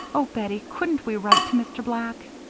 oh, bettie, couldn't we write to mr. black?